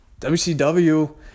WCW